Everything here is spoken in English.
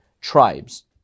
tribes